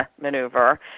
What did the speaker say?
maneuver